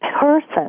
person